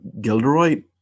Gilderoy